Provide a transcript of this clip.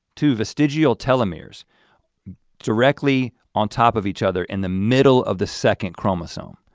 two vestigial telomeres directly on top of each other in the middle of the second chromosome,